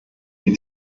die